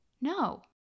No